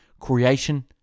creation